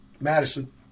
Madison